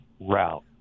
route